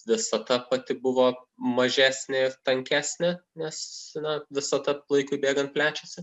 visata pati buvo mažesnė ir tankesnė nes na visata laikui bėgant plečiasi